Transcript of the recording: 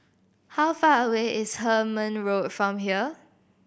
how far away is Hemmant Road from here